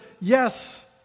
Yes